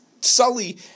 Sully